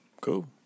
Cool